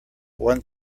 one